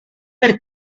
per